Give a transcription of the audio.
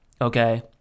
okay